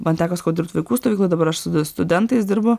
man teko dirbt vaikų stovykloj dabar aš studentais dirbu